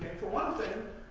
for one thing,